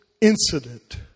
incident